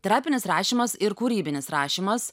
terapinis rašymas ir kūrybinis rašymas